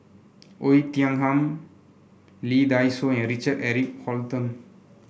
Oei Tiong Ham Lee Dai Soh and Richard Eric Holttum